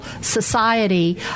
society